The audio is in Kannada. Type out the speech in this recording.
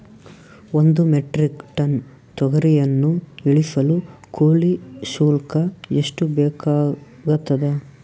ಒಂದು ಮೆಟ್ರಿಕ್ ಟನ್ ತೊಗರಿಯನ್ನು ಇಳಿಸಲು ಕೂಲಿ ಶುಲ್ಕ ಎಷ್ಟು ಬೇಕಾಗತದಾ?